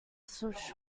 short